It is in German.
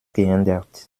geändert